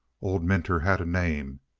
old minter had a name.